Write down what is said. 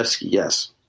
yes